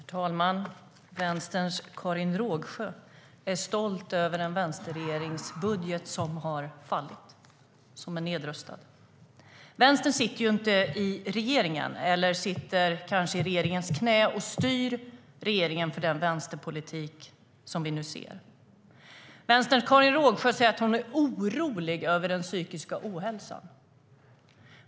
Herr talman! Vänsterns Karin Rågsjö är stolt över en vänsterregeringsbudget som har fallit och är nedröstad. Vänstern sitter inte i regeringen, eller den sitter kanske i regeringens knä och styr regeringen för den vänsterpolitik som vi nu ser. Vänsterns Karin Rågsjö säger att hon är orolig över den psykiska ohälsan.